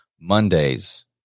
Mondays